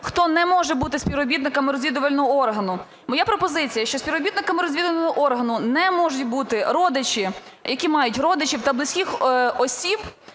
хто не може бути співробітниками розвідувального органу. Моя пропозиція, що співробітникам розвідувального органу не можуть бути родичі, які мають родичів та близьких осіб,